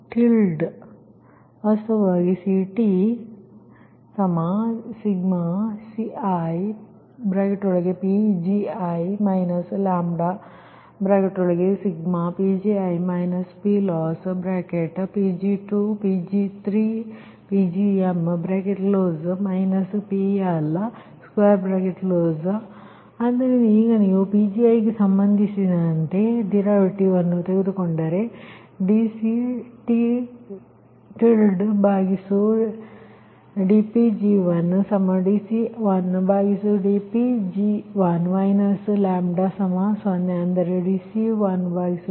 C T tilde ವಾಸ್ತವವಾಗಿ CTi1mCiPgi λi1mPgi PLossPg2Pg3Pgm PL ಆದ್ದರಿಂದ ಈಗ ನೀವು Pg1ಗೆ ಸಂಬಂಧಿಸಿದಂತೆ ಡರಿವಿಟಿವ ಅನ್ನು ತೆಗೆದುಕೊಂಡರೆ dCTdPg1dC1dPg1 λ0 ಅಂದರೆ dC1dPg1 ಆಗುವುದು